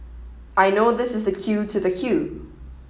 I know this is the queue to the queue